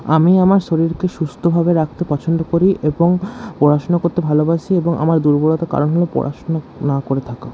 আমি আমার শরীরকে সুস্থভাবে রাখতে পছন্দ করি এবং পড়াশোনা করতে ভালোবাসি এবং আমার দুর্বলতার কারণ হল পড়াশোনা না করে থাকা